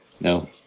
No